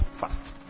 fast